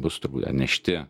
bus nešti